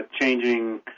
changing